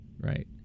right